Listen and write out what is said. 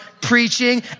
preaching